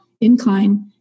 incline